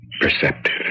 perceptive